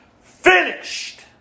finished